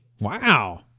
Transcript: Wow